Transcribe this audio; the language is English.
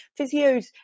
physios